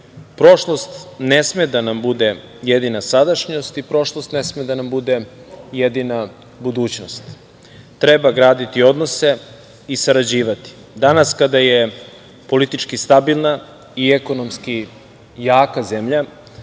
građane. Prošlost ne sme da nam bude jedina sadašnjost i prošlost ne sme da nam bude jedina budućnost. Treba graditi odnose i sarađivati. Danas kada je politički stabilna i ekonomski jaka zemlja